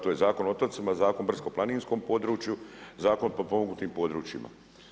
To je Zakon o otocima, Zakon o brdsko-planinskom području, Zakon o potpomognutim područjima.